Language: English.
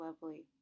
lovely